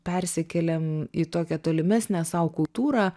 persikeliam į tokią tolimesnę sau kultūrą